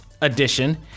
Edition